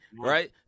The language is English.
right